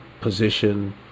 position